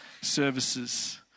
services